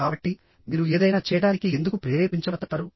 కాబట్టి మీరు ఏదైనా చేయడానికి ఎందుకు ప్రేరేపించబడతారు